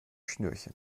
schnürchen